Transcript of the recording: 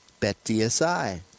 BetDSI